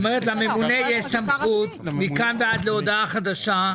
זאת אומרת, לממונה יש סמכות מכאן ועד להודעה חדשה.